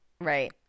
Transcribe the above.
right